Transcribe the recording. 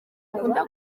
akunda